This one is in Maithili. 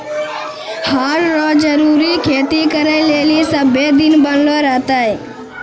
हर रो जरूरी खेती करै लेली सभ्भे दिन बनलो रहतै